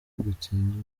dutsinzwe